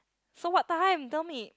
so what time tell me